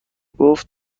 گفت